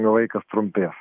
laikas trumpės